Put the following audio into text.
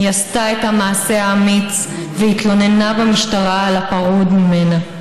היא עשתה את המעשה האמיץ והתלוננה במשטרה על הפרוד ממנה.